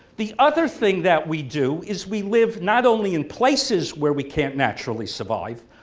the other thing that we do is we live not only in places where we can't naturally survive,